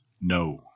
No